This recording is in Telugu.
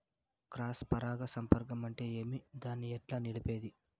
క్రాస్ పరాగ సంపర్కం అంటే ఏమి? దాన్ని ఎట్లా నిలిపేది?